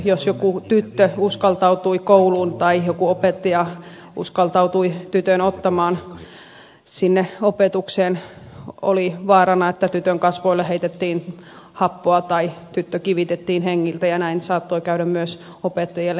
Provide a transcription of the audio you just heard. jos joku tyttö uskaltautui kouluun tai joku opettaja uskaltautui tytön ottamaan sinne opetukseen oli vaarana että tytön kasvoille heitettiin happoa tai tyttö kivitettiin hengiltä ja näin saattoi käydä myös opettajalle